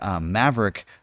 maverick